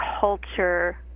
culture